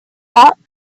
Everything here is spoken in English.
ought